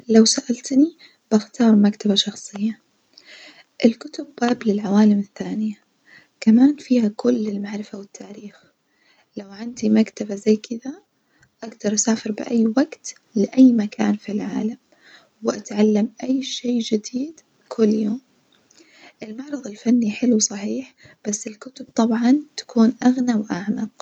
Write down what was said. لو سألتني بختار مكتبة شخصية، الكتب باب للعوالم الثانية، كمان فيها باب للمعرفة والتاريخ، لو عندي مكتبة زي كدة أجدر أسافر بأي وجت لأي مكان في العالم، وأتعلم أي شي جديد كل يوم، المعرظ الفني حلو صحيح بس الكتب طبعًا تكون أغنى وأعمق.